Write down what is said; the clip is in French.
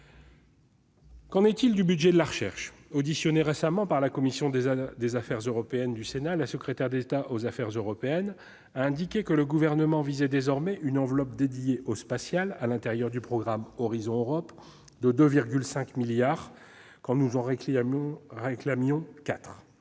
Qu'en est-il du budget de la recherche ? Auditionnée récemment par la commission des affaires européennes du Sénat, la secrétaire d'État aux affaires européennes a indiqué que le Gouvernement visait désormais une enveloppe dédiée au spatial à l'intérieur du programme Horizon Europe de 2,5 milliards d'euros, quand nous réclamions 4